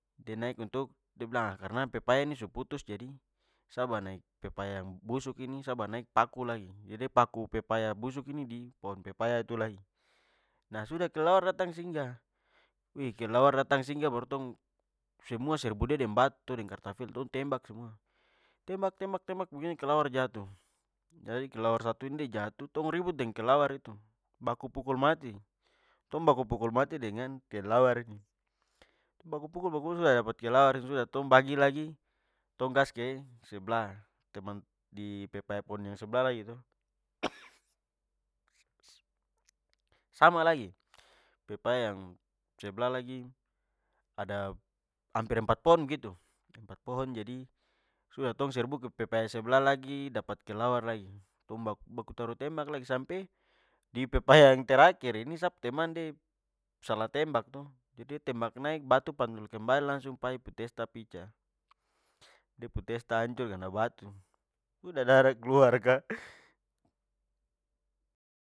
De naik untuk, de bilang karna pepaya ini su putus jadi, sa bawa naik pepaya yang busuk ini sa bawa naik- paku lagi. Jadi de paku pepaya busuk ini di pohon pepaya itu lagi. Nah sudah, kelelawar datang singgah. kelelawar datang singgah baru tong semua serbu de deng batu to, deng kartafel. Tong tembak semua. Tembak tembak tembak begini kelelawar jatuh. Jadi kelelawar satu ini de jatuh, tong ribut deng kelelawar itu, baku pukul mati. Tong baku pukul mati dengan kelelawar ini. Baku pukul baku pukul sudah, dapat kelelawar sudah tong bagi lagi, tong gas ke seblah. Teman di pepaya pohon yang seblah lagi to, sama lagi. Pepaya yang seblah lagi, ada hampir empat pohon begitu. Empat pohon jadi, sudah tong serbu ke pepaya seblah lagi, dapat kelelawar lagi. Tong baku taruh tembak lagi sampe di pepaya yang terakhir ini, sa pu teman de salah tembak to, jadi de tembak naik, batu pantul kembali langsung pai pu testa picah. De pu testa ancur kena batu. Sudah, darah kluar ka.